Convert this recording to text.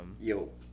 yo